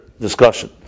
discussion